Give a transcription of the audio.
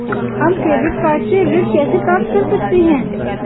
हम credit card से ऋण कैसे प्राप्त कर सकते हैं?